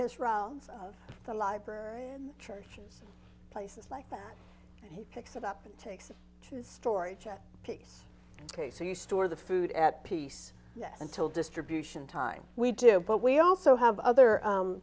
his rounds of the library in churches places like that and he picks it up and takes it to his story piece ok so you store the food at peace until distribution time we do but we also have other